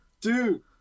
Dude